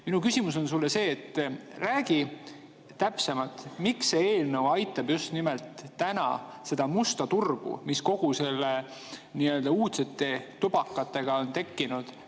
Minu küsimus sulle on see. Räägi täpsemalt, miks see eelnõu aitab just nimelt seda musta turgu, mis kõigi nende uudsete tubakatega on tekkinud,